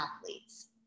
athletes